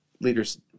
leaders